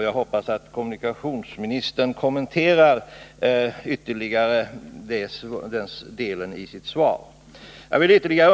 Jag hoppas att kommunikationsministern vill kommentera den delen av sitt svar ytterligare.